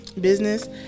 business